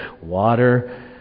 water